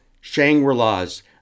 Shangri-Las